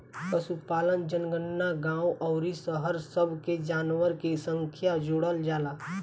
पशुपालन जनगणना गांव अउरी शहर सब के जानवरन के संख्या जोड़ल जाला